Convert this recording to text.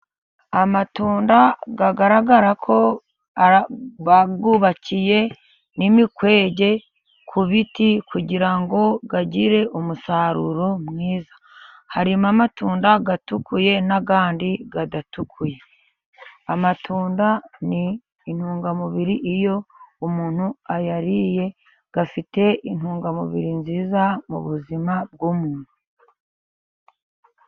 Amatunda agaragara ko, bayubakiye n'imikwege ku biti, kugira ngo agire umusaruro mwiza, harimo amatunda atukuye, n'ayandi adatukuye. Amatunda ni intungamubiri, iyo umuntu ayariye, afite intungamubiri nziza mu buzima bw'umuntu.